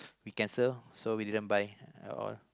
be cancel so we didn't buy at all